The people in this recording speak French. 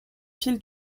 fil